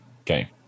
Okay